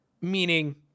meaning